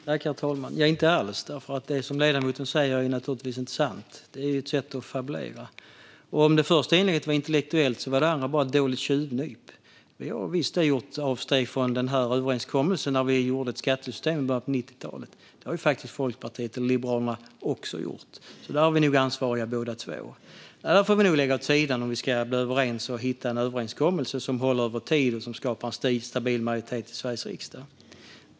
Herr talman! Mitt svar till ledamoten är: Inte alls, för det som ledamoten säger är naturligtvis inte sant. Det är ett sätt att fabulera. Om det första inlägget var intellektuellt så var det andra bara ett tjuvnyp. Visst gjorde vi avsteg från överenskommelsen när vi gjorde ett skattesystem i början av 90-talet. Det har ju faktiskt Folkpartiet - Liberalerna - också gjort, så där är vi nog ansvariga båda två. Detta får vi nog lägga åt sidan om vi ska bli överens och hitta en överenskommelse som håller över tid och som skapar en stabil majoritet i Sveriges riksdag.